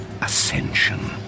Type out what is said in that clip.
ascension